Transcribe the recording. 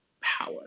power